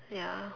ya